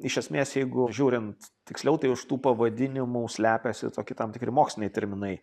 iš esmės jeigu žiūrint tiksliau tai už tų pavadinimų slepiasi tokie tam tikri moksliniai terminai